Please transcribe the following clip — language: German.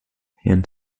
herrn